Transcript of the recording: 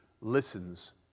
listens